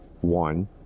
one